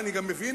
אני גם מבין.